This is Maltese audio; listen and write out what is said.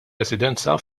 residenza